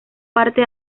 parte